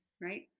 right